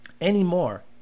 anymore